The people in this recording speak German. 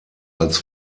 als